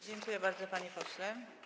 Dziękuję bardzo, panie pośle.